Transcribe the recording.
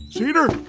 cedar?